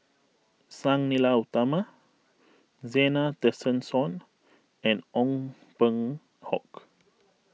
Sang Nila Utama Zena Tessensohn and Ong Peng Hock